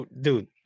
dude